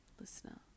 listener